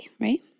right